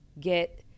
get